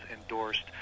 endorsed